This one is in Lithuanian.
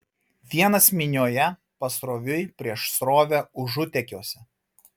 vienas minioje pasroviui prieš srovę užutėkiuose